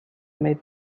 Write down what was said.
made